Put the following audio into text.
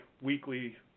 weekly